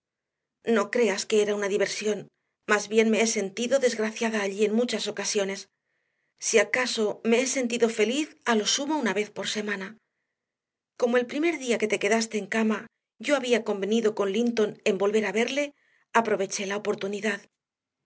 no creas que era una diversión más bien me he sentido desgraciada allí en muchas ocasiones si acaso me he sentido feliz a lo sumo una vez por semana como el primer día que te quedaste en cama yo había convenido con linton en volver a verle aproveché la oportunidad